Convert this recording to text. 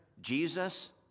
Jesus